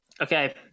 Okay